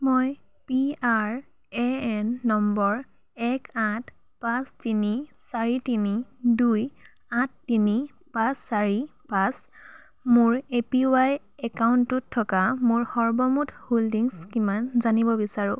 মই P R A N number এক আঠ পাঁচ তিনি চাৰি তিনি দুই আঠ তিনি পাঁচ চাৰি পাঁচ মোৰ এপিৱাই একাউণ্টটোত থকা মোৰ সৰ্বমুঠ হোল্ডিংছ কিমান জানিব বিচাৰোঁ